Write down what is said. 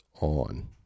on